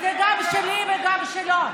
זה גם שלי וגם שלו.